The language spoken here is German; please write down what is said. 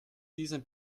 diesem